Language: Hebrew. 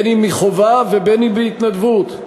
אם מחובה ואם בהתנדבות,